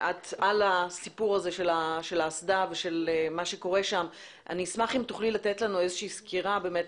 להבדיל מהאסדה הקודמת של תמר ש-66% בערך